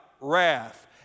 wrath